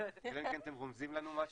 אלא אם כן אתם רומזים לנו משהו,